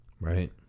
right